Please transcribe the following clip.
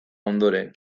ondoren